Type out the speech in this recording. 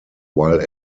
while